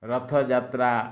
Rath Yatra